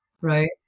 right